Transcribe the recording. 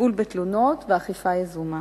טיפול בתלונות ואכיפה יזומה.